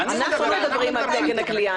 אני צריכה --- אנחנו מדברים על תקן הכליאה,